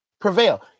prevail